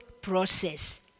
Process